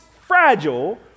fragile